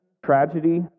Tragedy